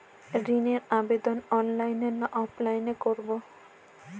ঋণের আবেদন অনলাইন না অফলাইনে করব?